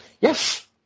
Yes